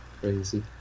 Crazy